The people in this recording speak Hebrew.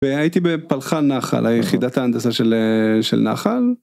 והייתי בפלחן נחל היחידת הנדסה של נחל.